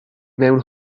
mewn